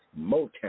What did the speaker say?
Motown